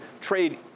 trade